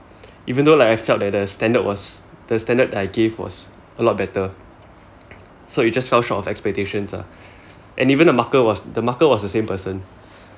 even though like I felt the standard was the standard I gave was a lot better so it just fell short of expectations lah and even the marker was the marker was the same person